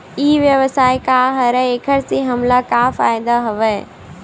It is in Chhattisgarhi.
ई व्यवसाय का हरय एखर से हमला का फ़ायदा हवय?